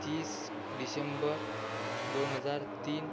तीस डिशेंबर दोन हजार तीन